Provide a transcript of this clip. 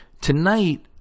tonight